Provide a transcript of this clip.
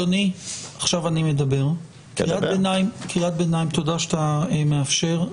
אדוני, עכשיו אני מדבר, תודה שאתה מאפשר.